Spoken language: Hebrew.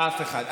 אף אחד.